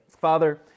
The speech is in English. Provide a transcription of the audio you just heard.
Father